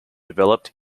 developed